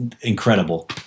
incredible